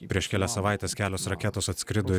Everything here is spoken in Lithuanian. prieš kelias savaites kelios raketos atskrido